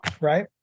right